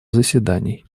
заседаний